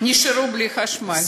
נשארו בלי חשמל.